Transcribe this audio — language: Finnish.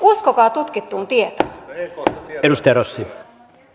uskokaa tutkittuun tietoon